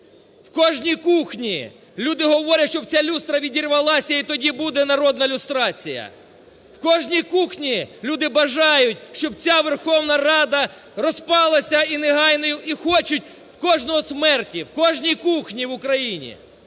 В кожній кухні люди говорять, щоб ця люстра відірвалася і тоді буде народна люстрація. В кожній кухні люди бажають, щоб ця Верховна Рада розпалася, і негайно, і хочуть кожного смерті в кожній кухні в Україні!